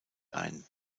ein